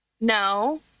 No